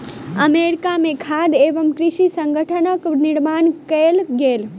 America में खाद्य एवं कृषि संगठनक निर्माण कएल गेल